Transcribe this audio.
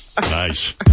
Nice